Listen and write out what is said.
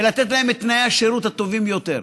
ולתת להם את תנאי השירות הטובים ביותר.